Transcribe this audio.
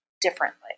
differently